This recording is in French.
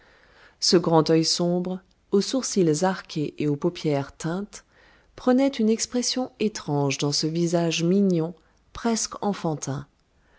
ce grand œil sombre aux sourcils marqués et aux paupières teintes prenait une expression étrange dans ce visage mignon presque enfantin